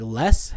less